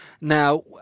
Now